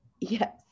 yes